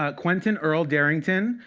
ah quentin earl darrington,